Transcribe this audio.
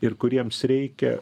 ir kuriems reikia